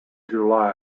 july